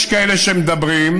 יש כאלה שמדברים,